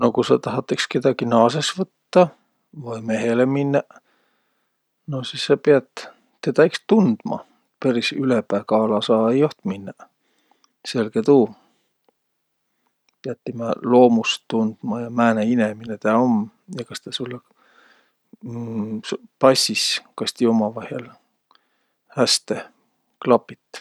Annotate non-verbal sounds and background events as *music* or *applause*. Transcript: No ku sa tahat iks kedägi naasõs võttaq vai mehele minnäq, no sis sa piät tedä iks tundma. Peris ülepääkaala saa-ai joht minnäq, selge tuu. Piät timä loomust tundma ja määne inemine tä um ja kas tä sullõ *hesitation* s- passis, kas ti umavaihõl häste klapit.